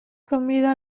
convida